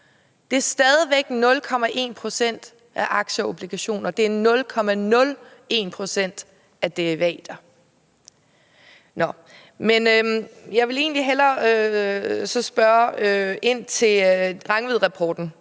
det er stadig væk 0,1 pct. på aktier og obligationer, og det er 0,01 pct. på derivater. Men jeg vil så egentlig hellere spørge ind til Rangvidrapporten